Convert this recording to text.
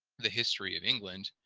the history of england